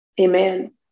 Amen